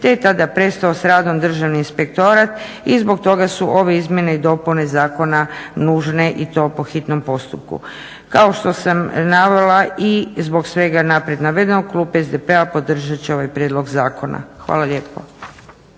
je tada prestao s radom Državni inspektorat i zbog toga su ove izmjene i dopune zakona nužne i to po hitnom postupku. Kao što sam navela i zbog svega naprijed navedenog, klub SDP-a podržat će ovaj prijedlog zakona. Hvala lijepa.